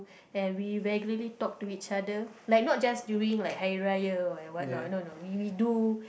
and we regularly talk to each other like not just during like Hari-Raya or whate~ whatnot no no we we do